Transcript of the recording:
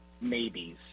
maybes